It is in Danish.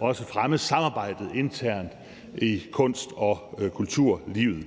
også fremme samarbejdet internt i kunst- og kulturlivet.